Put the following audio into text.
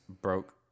broke